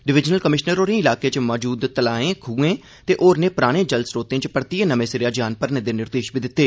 divisional commissioner होरें इलाके च मौजूद तलाएं खुएं ते होरनें पराने जल स्रोतें च परतियै नर्मे सिरेया जान भरने दे निर्देष बी दित्ते